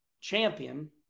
champion